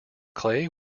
clay